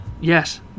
Yes